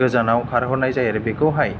गोजानाव खारहो हरनाय जायो आरो बेखौहाय